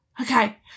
Okay